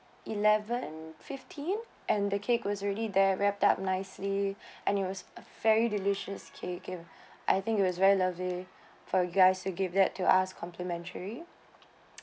eleven fifteen and the cake was already there wrapped up nicely and it was a very delicious cake given I think it was very lovely for you guys to give that to us complimentary